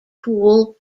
cool